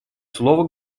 слово